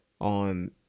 on